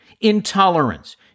intolerance